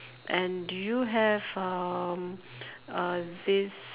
and do you have um uh this